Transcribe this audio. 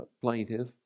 plaintiff